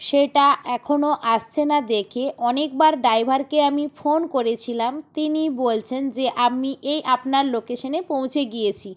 সেটা এখনও আসছে না দেখে অনেকবার ড্রাইভারকে আমি ফোন করেছিলাম তিনি বলছেন যে আমি এই আপনার লোকেশনে পৌঁছে গিয়েছি